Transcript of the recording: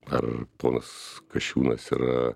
ar ponas kasčiūnas yra